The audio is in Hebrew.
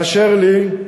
באשר לי,